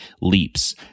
leaps